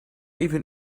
even